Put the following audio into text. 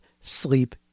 sleep